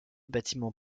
bâtiment